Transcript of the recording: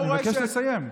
אני מבקש לסיים.